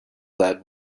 that